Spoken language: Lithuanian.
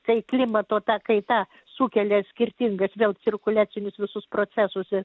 tai klimato ta kaita sukelia skirtingas vėl cirkuliacinius visus procesus